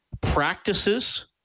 practices